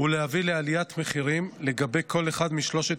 ולהביא לעליית מחירים לגבי כל אחד משלושת